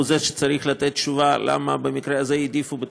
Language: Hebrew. והוא זה שצריך לתת תשובה למה במקרה הזה העדיפו,